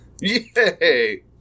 Yay